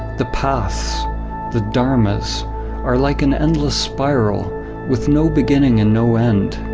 the paths the dharma's are like an endless spiral with no beginning and no end.